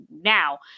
now